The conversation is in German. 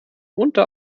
unter